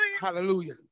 Hallelujah